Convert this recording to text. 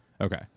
Okay